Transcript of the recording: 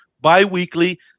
biweekly